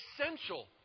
essential